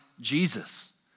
Jesus